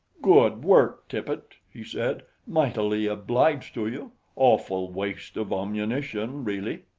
good work, tippet, he said. mightily obliged to you awful waste of ammunition, really.